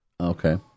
Okay